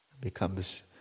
becomes